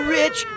rich